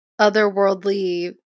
otherworldly